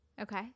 Okay